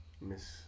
Miss